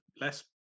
less